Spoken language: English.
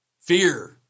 Fear